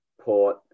Port